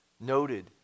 noted